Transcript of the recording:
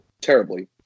terribly